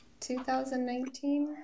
2019